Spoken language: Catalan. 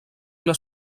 una